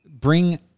bring